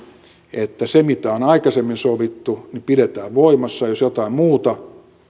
että se mitä on aikaisemmin sovittu pidetään voimassa ja jos jotain muuta